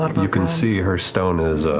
um you can see her stone is